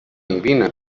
vine